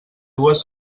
dues